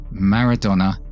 Maradona